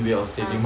ah